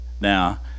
now